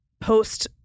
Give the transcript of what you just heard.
post